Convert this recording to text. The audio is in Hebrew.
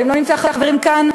ואם לא נמצא חברים כאן,